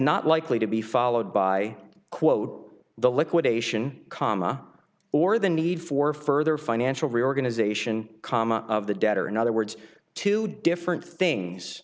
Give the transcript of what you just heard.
not likely to be followed by quote the liquidation comma or the need for further financial reorganization chama of the debt or in other words two different things